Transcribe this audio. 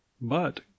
But